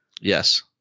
Yes